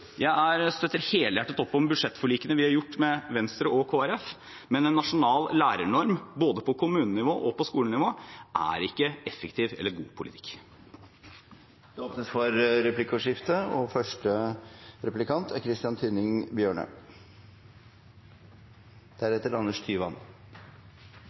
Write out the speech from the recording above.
Jeg støtter helhjertet opp om budsjettforlikene vi har gjort med Venstre og Kristelig Folkeparti. Men en nasjonal lærernorm, både på kommunenivå og på skolenivå, er ikke effektiv eller god politikk. Det blir replikkordskifte.